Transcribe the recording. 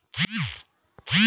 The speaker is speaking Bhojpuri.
लगड़ी रोग का होखेला?